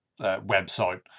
website